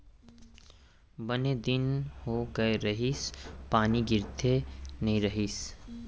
बने दिन हो गए रहिस, पानी गिरते नइ रहिस